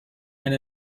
and